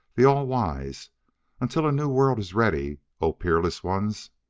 the all-wise until a new world is ready o peerless ones,